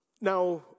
Now